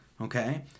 Okay